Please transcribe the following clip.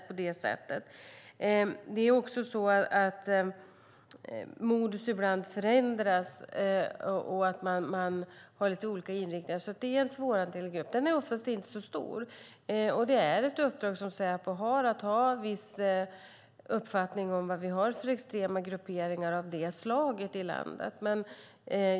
Modus förändras också ibland, och man har lite olika inriktningar. Gruppen är alltså svårhanterlig men ofta inte så stor. Ett av Säpos uppdrag är att ha en viss uppfattning om av vad vi har för extrema grupperingar av detta slag i landet.